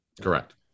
Correct